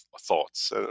thoughts